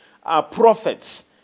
prophets